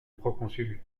proconsul